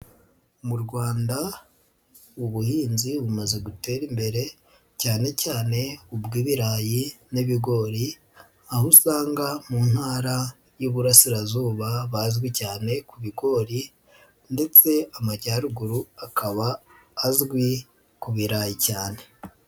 Mu Rwanda ubuhinzi bumaze gutera imbere, cyanecyane ubw'ibirayi n'ibigori, aho usanga mu ntara y'uburasirazuba bazwi cyane ku bigori, ndetse amajyaruguru akaba azwi ku birayi cyane.